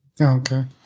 Okay